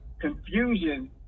confusion